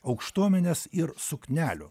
aukštuomenės ir suknelių